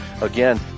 again